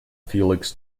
felix